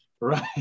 right